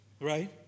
right